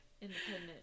Independent